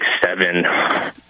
seven